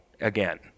again